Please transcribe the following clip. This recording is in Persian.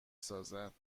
سازند